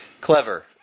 Clever